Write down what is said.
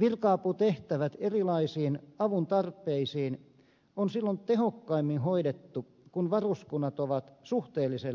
virka aputehtävät erilaisiin avun tarpeisiin on silloin tehokkaimmin hoidettu kun varuskunnat ovat suhteellisen lähellä